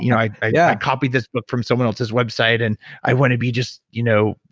you know i i yeah copied this book from someone else's website. and i want to be just. you know